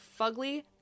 fugly